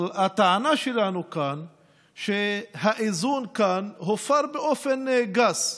אבל הטענה שלנו היא שהאיזון כאן הופר באופן גס,